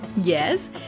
Yes